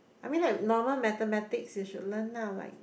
I mean like normal mathematics you should learn lah right